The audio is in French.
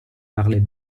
parlait